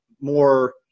more